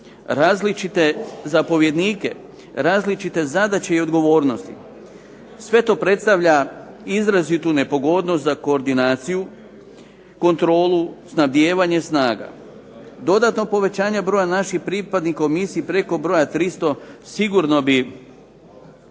različite zapovjednike, različite zadaće i odgovornosti. Sve to predstavlja izrazitu nepogodnost za koordinaciju, kontrolu, snabdijevanje snaga, dodatno povećanje broja naših pripadnika u komisiji preko broja 300 sigurno bi